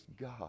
God